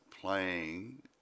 playing